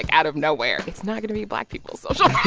ah out of nowhere, it's not going to be black people's social